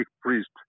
priest